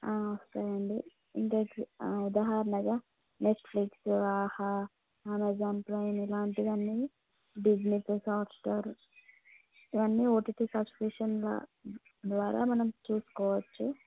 okay అండి ఇంకా ఉదాహరణగా నెట్ఫిక్స్ ఆహా అమెజాన్ ప్రైమ్ ఇలాంటివి అన్నీ డిస్నీ ప్లస్ హాట్స్టార్ ఇవన్నీ ఓటీటీ సబ్స్క్రిషన్ ద్వా ద్వారా మనం చూసుకోవచ్చు